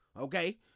okay